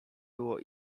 było